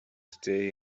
stay